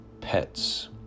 pets